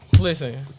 Listen